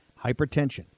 Hypertension